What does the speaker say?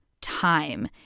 time